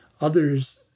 others